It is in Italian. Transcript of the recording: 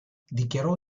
dichiarò